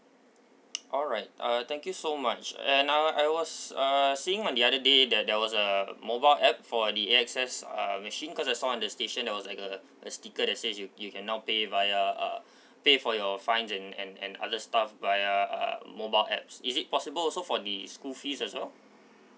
alright uh thank you so much and uh I was uh seeing on the other day that there was a mobile app for the AXS uh machine cause I saw on the station there was like a a sticker that says you you cannot pay via uh pay for your fines and and and other stuff via uh mobile apps is it possible also for the school fees as well